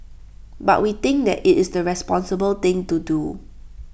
but we think that IT is the responsible thing to do